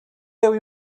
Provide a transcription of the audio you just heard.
deu